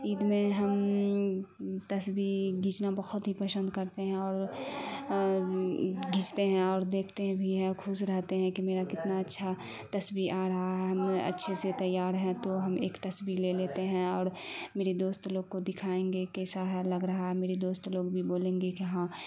عید میں ہم تصویر کھینچنا بہت ہی پسند کرتے ہیں اور کھینچتے ہیں اور دیکھتے بھی ہیں خوش رہتے ہیں کہ میرا کتنا اچھا تصویر آ رہا ہم اچھے سے تیار ہیں تو ہم ایک تصویر لے لیتے ہیں اور میری دوست لوگ کو دکھائیں گے کیسا ہے لگ رہا ہے میری دوست لوگ بھی بولیں گے کہ ہاں